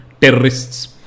terrorists